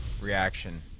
reaction